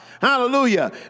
hallelujah